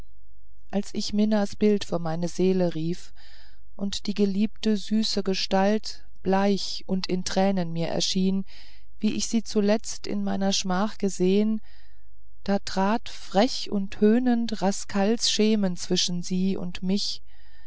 als ich minas bild vor meine seele rief und die geliebte süße gestalt bleich und in tränen mir erschien wie ich sie zuletzt in meiner schmach gesehen da trat frech und höhnend rascals schemen zwischen sie und mich